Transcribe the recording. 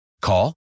Call